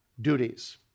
duties